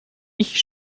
ich